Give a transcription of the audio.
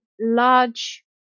large